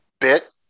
bit